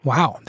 Wow